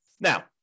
Now